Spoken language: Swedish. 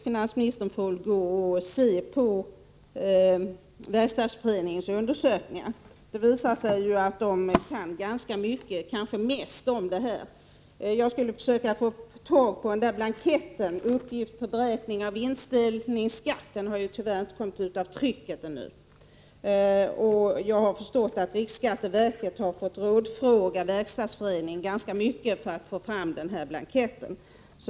Finansministern får väl se på Verkstadsföreningens undersökning. Det visar sig att Verkstadsföreningen kan ganska mycket, kanske mest, om detta. Jag har försökt få tag på blanketten Uppgift för beräkning av vinstdelningsskatt, men den har tyvärr inte kommit ut av trycket. Jag har dock förstått att riksskatteverket har fått rådfråga Verkstadsföreningen ganska mycket för att få fram den blanketten.